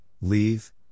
leave